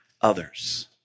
others